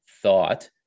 thought